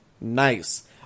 Nice